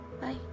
Bye